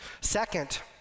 Second